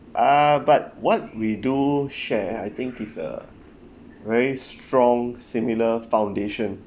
ah but what we do share I think is uh very strong similar foundation